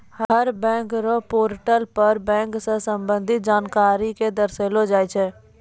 हर bank र portal पर bank स संबंधित जानकारी क दर्शैलो जाय छै